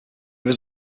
was